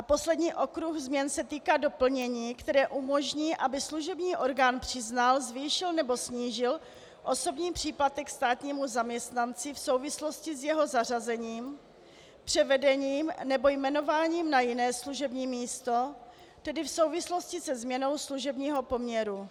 A poslední okruh změn se týká doplnění, které umožní, aby služební orgán přiznal, zvýšil nebo snížil osobní příplatek státnímu zaměstnanci v souvislosti s jeho zařazením, převedením nebo jmenováním na jiné služební místo, tedy v souvislosti se změnou služebního poměru.